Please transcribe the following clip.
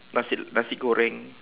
nasi nasi goreng